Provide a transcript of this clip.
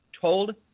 told